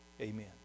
amen